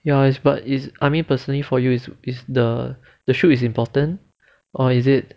ya is but is I me personally for you is is the the shoot is important or is it